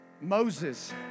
Moses